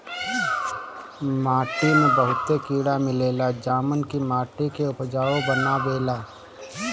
माटी में बहुते कीड़ा मिलेला जवन की माटी के उपजाऊ बनावेला